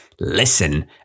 listen